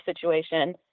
situation